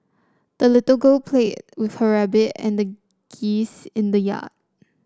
the little girl played with her rabbit and geese in the yard